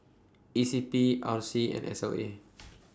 E C P R C and S L A